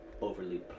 Overly